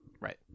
Right